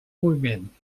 moviment